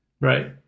right